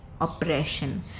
oppression